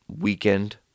weekend